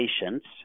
patients